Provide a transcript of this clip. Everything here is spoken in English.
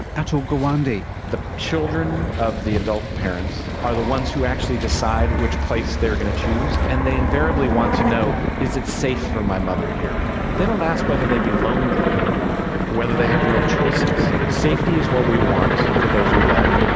atul gawande. the children of the adult parents are the ones who actually decide which place they are going to choose, and they invariably want to know is it safe for my mother here? they don't ask whether they'd be lonely here or whether they have real choices. safety is what we want for those we love,